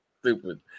Stupid